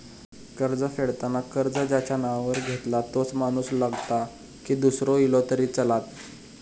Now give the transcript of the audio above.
कर्ज फेडताना कर्ज ज्याच्या नावावर घेतला तोच माणूस लागता की दूसरो इलो तरी चलात?